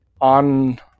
on